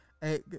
hey